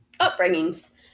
upbringings